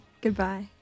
Goodbye